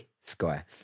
Sky